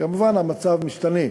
כמובן, המצב משתנה.